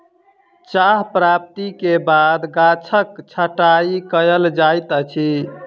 चाह प्राप्ति के बाद गाछक छंटाई कयल जाइत अछि